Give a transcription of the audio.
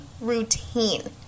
routine